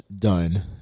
done